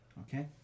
okay